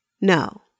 No